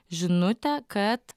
žinutė kad